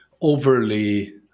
overly